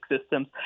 systems